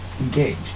engaged